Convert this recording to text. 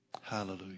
Hallelujah